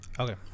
Okay